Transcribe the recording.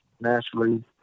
naturally